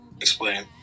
Explain